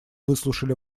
выслушали